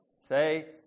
say